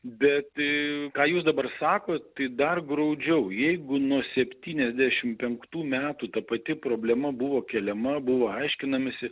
bet ką jūs dabar sakot tai dar graudžiau jeigu nuo septyniasdešim penktų metų ta pati problema buvo keliama buvo aiškinamasi